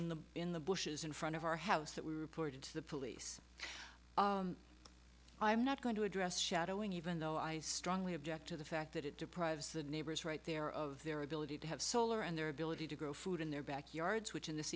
in the in the bushes in front of our house that we reported to the police i'm not going to address shadowing even though i strongly object to the fact that it deprives the neighbors right there of their ability to have solar and their ability to grow food in their backyards which in this